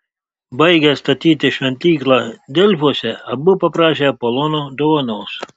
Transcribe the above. baigę statyti šventyklą delfuose abu paprašė apolono dovanos